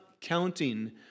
counting